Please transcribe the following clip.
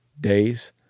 days